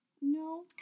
no